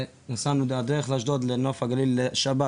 ונסענו דרך אשדוד לנוף הגליל לשבת,